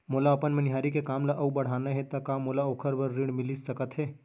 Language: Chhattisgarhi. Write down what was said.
मोला अपन मनिहारी के काम ला अऊ बढ़ाना हे त का मोला ओखर बर ऋण मिलिस सकत हे?